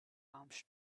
arms